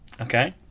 Okay